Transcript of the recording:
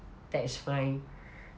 that is fine